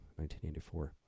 1984